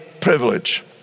privilege